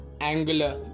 angular